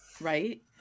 Right